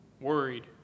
worried